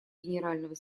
генерального